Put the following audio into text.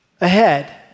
ahead